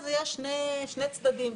מיוחד,